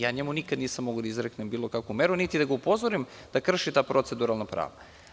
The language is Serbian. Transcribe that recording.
Ja njemu nikad nisam mogao da izreknem bilo kakvu meru, niti da ga upozorim da krši ta proceduralna prava.